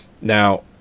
now